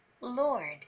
Lord